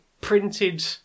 printed